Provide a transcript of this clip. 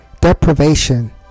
Deprivation